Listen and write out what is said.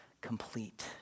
complete